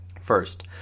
First